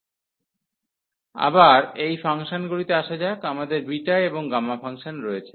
এবার এই ফাংশনগুলিতে আসা যাক আমাদের বিটা এবং গামা ফাংশন রয়েছে